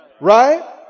right